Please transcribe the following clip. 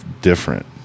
different